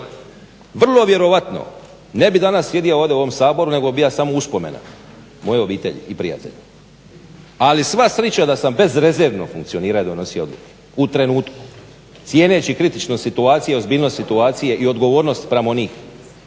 vrlo vjerovatno ne bi danas sjedio ovdje u ovom Saboru nego bi bija samo uspomena moje obitelji i prijatelja. Ali sva srića da sam bezrezervno funkcionira i donosio odluke u trenutku cijeneći kritičnost situacije, ozbiljnost situacije i odgovornost spram onih